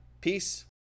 Peace